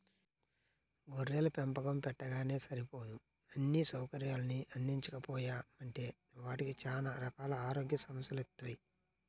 గొర్రెల పెంపకం పెట్టగానే సరిపోదు అన్నీ సౌకర్యాల్ని అందించకపోయామంటే వాటికి చానా రకాల ఆరోగ్య సమస్యెలొత్తయ్